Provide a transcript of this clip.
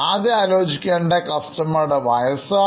ആദ്യം ആലോചിക്കേണ്ടത്കസ്റ്റമറുടെ വയസ്സാണ്